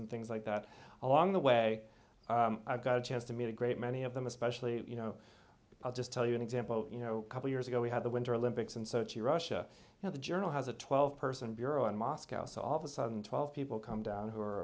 and things like that along the way i got a chance to meet a great many of them especially you know i'll just tell you an example you know a couple years ago we had the winter olympics in sochi russia now the journal has a twelve person bureau in moscow so all of a sudden twelve people come down who are